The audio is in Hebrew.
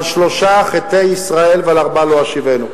על שלושה חטאי ישראל ועל ארבעה לא אשיבנו.